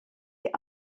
die